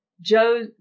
Joe